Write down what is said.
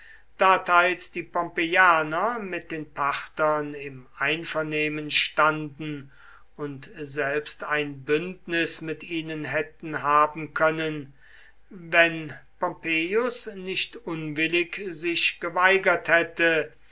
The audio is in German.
da teils die pompeianer mit den parthern im einvernehmen standen und selbst ein bündnis mit ihnen hätten haben können wenn pompeius nicht unwillig sich geweigert hätte